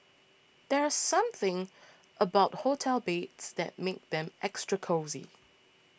there's something about hotel beds that makes them extra cosy